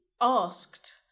asked